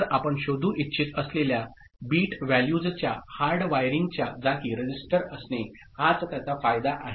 तर आपण शोधू इच्छित असलेल्या बिट व्हॅल्यूजच्या हार्ड वायरिंगच्या जागी रजिस्टर असणे हाच त्याचा फायदा आहे